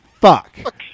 Fuck